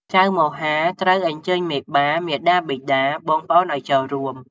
ចៅមហាត្រូវអញ្ជើញមេបា មាតាបិតា បងប្អូនអោយចូលរួម។